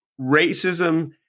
racism